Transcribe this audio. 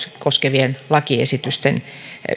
koskevien lakiesitysten